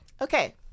Okay